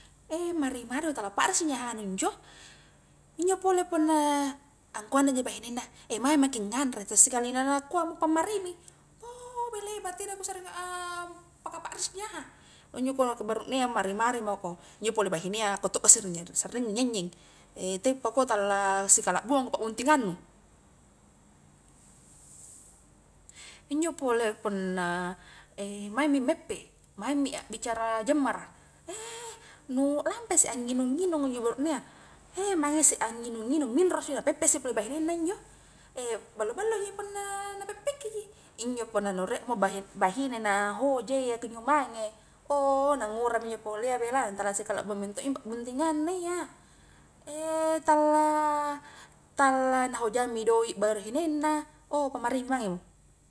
mari-mariko tala pakrisi nyahanu injo, injo pole punna ankua na ja bahinenna mae maki nganre ta sikalina nakua mo pammari mi, bou belei batena ku sakring paka pakrisi nyaha, injo kodong buruknea mari-mari mako, injo pole bahinea akokto gassing sarringngi nyengnyeng, tekpakua tala la sikalakbuang pakbuntingang nu, injo pole punna maing mi meppe maing mi akbicara jammara, nu lakpa isse angnginung-nginung injo buruknea, maeng isse anginung-nginung minro si na peppe si pole bahinenna injo, ballo injo punna na peppeki ji, injo punna na riek mo bahi-bahine na hoja iya kunjo mange, ouh na ngura mi injo polea bela, tala sikalakbuang mento injo pakbuntingang na iya tala-tala na hojanng mi doik bahinenna ou pammari mi mange mo.